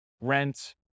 rent